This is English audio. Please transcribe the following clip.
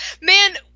Man